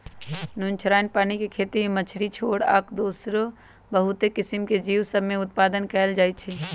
नुनछ्राइन पानी के खेती में मछरी के छोर कऽ दोसरो बहुते किसिम के जीव सभ में उत्पादन कएल जाइ छइ